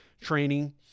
training